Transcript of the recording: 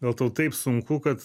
gal tau taip sunku kad